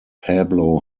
pablo